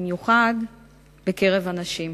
במיוחד בקרב הנשים.